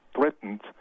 threatened